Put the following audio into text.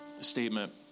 statement